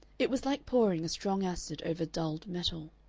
it was like pouring a strong acid over dulled metal.